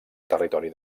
territori